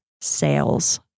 sales